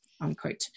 unquote